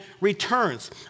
returns